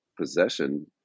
possession